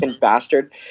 Bastard